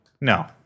No